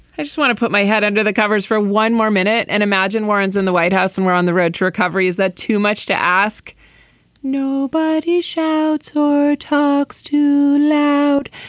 i just want to put my head under the covers for one more minute and imagine warren's in the white house somewhere on the road to recovery is that too much to ask but he shouts who talks too loud.